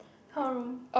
her room